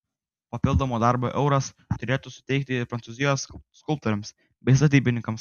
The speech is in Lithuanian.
papildomo darbo euras turėtų suteikti ir prancūzijos skulptoriams bei statybininkams